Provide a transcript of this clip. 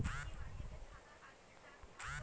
কুন সামাজিক স্কিম আছে যা মেয়ে শিশুদের উপকার করিবে?